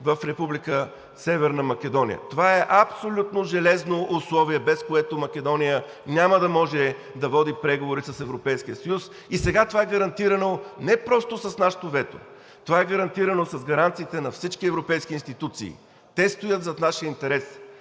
Северна Македония. Това е абсолютно желязно условие, без което Македония няма да може да води преговори с Европейския съюз. Сега това е гарантирано не просто с нашето вето, това е гарантирано с гаранциите на всички европейски институции, те стоят зад нашия интерес.